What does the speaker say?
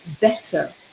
better